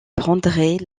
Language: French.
prendrait